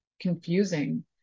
confusing